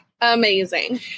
Amazing